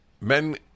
men